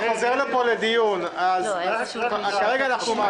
זה יחזור לפה לדיון, אז כרגע אנחנו מעבירים את